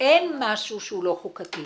אין משהו שהוא לא חוקתי.